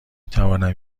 توانم